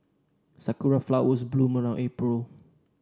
sakura flowers bloom around April